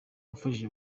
wafashije